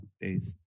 days